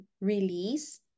release